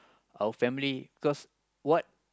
our family because what